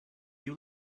you